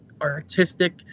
artistic